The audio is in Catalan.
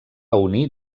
unir